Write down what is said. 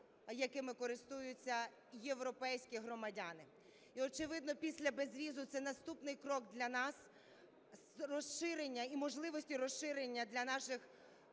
якими користуються європейські громадяни. І очевидно, після безвізу це наступний крок для нас з розширення і можливості розширення для наших